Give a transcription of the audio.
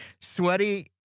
sweaty